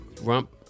rump